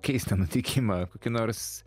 keistą nutikimą kokį nors